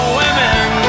women